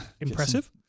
Impressive